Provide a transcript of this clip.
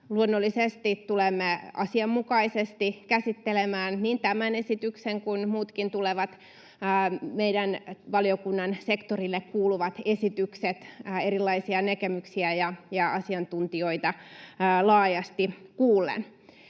luonnollisesti tulemme asianmukaisesti käsittelemään niin tämän esityksen kuin muutkin tulevat, meidän valiokunnan sektorille kuuluvat esitykset erilaisia näkemyksiä ja asiantuntijoita laajasti kuullen.